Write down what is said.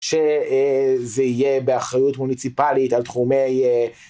שזה יהיה באחריות מוניציפלית על תחומי.